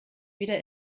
wieder